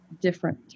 different